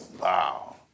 wow